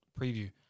preview